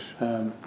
Yes